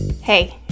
Hey